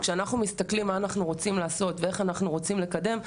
כשאנחנו מסתכלים מה אנחנו רוצים לעשות ואיך אנחנו רוצים לקדם,